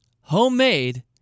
homemade